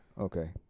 Okay